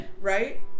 Right